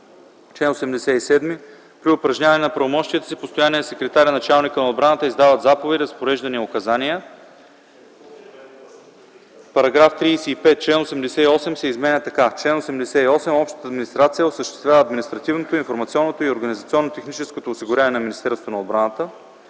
„Чл. 87. При упражняване на правомощията си постоянният секретар и началникът на отбраната издават заповеди, разпореждания и указания.” § 35. Член 88 се изменя така: „Чл. 88. Общата администрация осъществява административното, информационното и организационно-техническото осигуряване на Министерството на отбраната.”